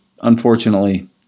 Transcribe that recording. unfortunately